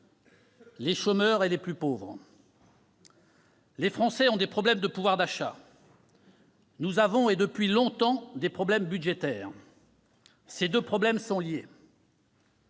les chômeurs et les plus pauvres. Les Français ont des problèmes de pouvoir d'achat. Nous avons, et depuis longtemps, des problèmes budgétaires. Ces deux séries de problèmes sont liées.